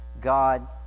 God